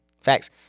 Facts